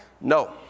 No